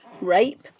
Rape